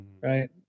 right